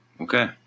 Okay